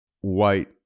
white